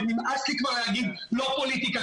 ונמאס לי כבר להגיד לא פוליטיקה,